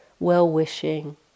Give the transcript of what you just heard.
well-wishing